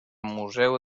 museu